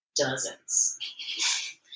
dozens